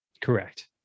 Correct